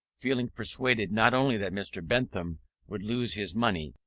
feeling persuaded not only that mr. bentham would lose his money,